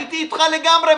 הייתי איתך לגמרי.